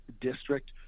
district